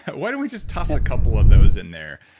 why don't we just toss a couple of those in there,